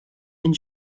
and